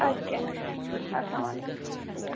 اَدٕ کیٛاہ اَسلام علیکُم